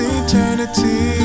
eternity